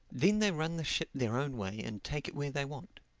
then they run the ship their own way and take it where they want.